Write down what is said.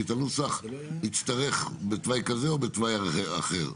כי את הנוסח נצטרך בתוואי כזה או בתוואי אחר.